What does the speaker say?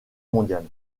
mondiale